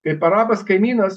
kaip arabas kaimynas